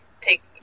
take